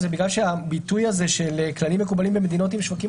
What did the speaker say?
זה: בגלל שהביטוי של "כללים מקובלים במדינות עם שווקים